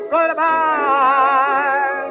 Goodbye